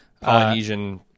Polynesian